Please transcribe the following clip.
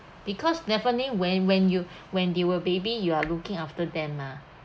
because definitely when when you when they were baby you are looking after them mah